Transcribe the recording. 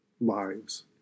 lives